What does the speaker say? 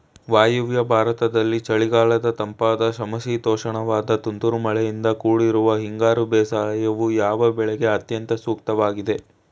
ವಾಯುವ್ಯ ಭಾರತದಲ್ಲಿ ಚಳಿಗಾಲದ ತಂಪಾದ ಸಮಶೀತೋಷ್ಣವಾದ ತುಂತುರು ಮಳೆಯಿಂದ ಕೂಡಿರುವ ಹಿಂಗಾರು ಬೇಸಾಯವು, ಯಾವ ಬೆಳೆಗೆ ಅತ್ಯಂತ ಸೂಕ್ತವಾಗಿದೆ?